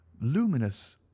luminous